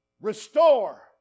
restore